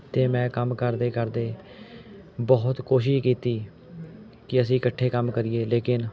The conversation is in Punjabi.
ਅਤੇ ਮੈਂ ਕੰਮ ਕਰਦੇ ਕਰਦੇ ਬਹੁਤ ਕੋਸ਼ਿਸ਼ ਕੀਤੀ ਕਿ ਅਸੀਂ ਇਕੱਠੇ ਕੰਮ ਕਰੀਏ ਲੇਕਿਨ